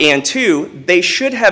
in two they should have